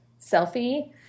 selfie